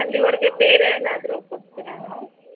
ಅಲ್ಲೀವರೆಗೆ ಬೇರೆ ಏನಾದ್ರೂ ಕೊಡ್ತೀರಾ ಮೇಡಮ್